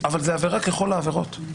אבל זאת עבירה ככל העבירות.